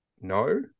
No